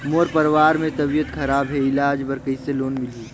मोर परवार मे तबियत खराब हे इलाज बर कइसे लोन मिलही?